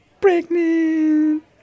pregnant